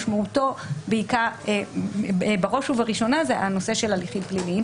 משמעותו בראש ובראשונה הוא הנושא של הליכים פליליים